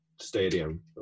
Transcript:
stadium